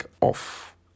off